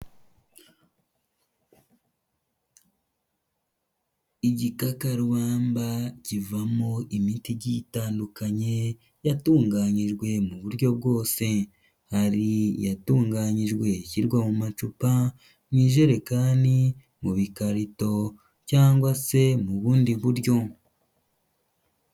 Igikakarubamba kivamo imiti igiye itandukanye, yatunganyijwe mu buryo bwose. Hari iyatunganyijwe ishyirwa mu macupa, mu ijerekani, mu bikarito cyangwa se mu bundi buryo.